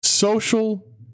Social